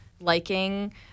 liking